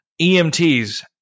EMTs